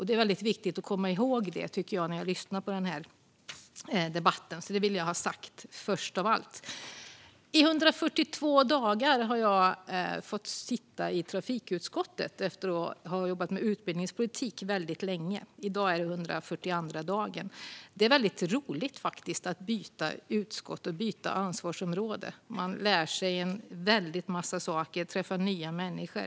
Det är väldigt viktigt att komma ihåg det när man lyssnar på debatten, så det vill jag ha sagt först av allt. Jag har suttit i trafikutskottet i 142 dagar, efter att länge ha jobbat med utbildningspolitik. I dag är den 142:a dagen. Det är roligt att byta utskott och ansvarsområde. Man lär sig en väldig massa saker och träffar nya människor.